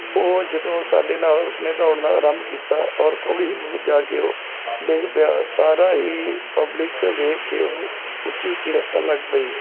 ਉਹ ਜਦੋਂ ਸਾਡੇ ਨਾਲ ਉਸ ਨੇ ਦੌੜਨਾ ਆਰੰਭ ਕੀਤਾ ਔਰ ਥੋੜ੍ਹੀ ਹੀ ਦੂਰ ਜਾ ਕੇ ਉਹ ਡਿੱਗ ਪਿਆ ਸਾਰਾ ਹੀ ਪਬਲਿਕ ਵੇਖ ਕੇ ਉਹਨੂੰ ਉੱਚੀ ਉੱਚੀ ਹੱਸਣ ਲੱਗ ਪਈ